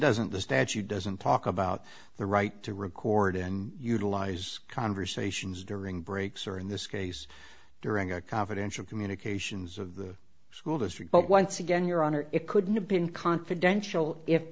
doesn't the statute doesn't talk about the right to record and utilize conversations during breaks or in this case during a confidential communications of the school district but once again your honor it couldn't have been confidential if